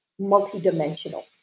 multidimensional